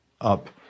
Up